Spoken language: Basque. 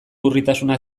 urritasuna